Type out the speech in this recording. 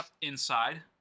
inside